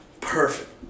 Perfect